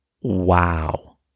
Wow